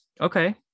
okay